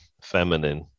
feminine